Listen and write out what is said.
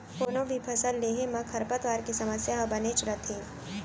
कोनों भी फसल लेहे म खरपतवार के समस्या ह बनेच रथे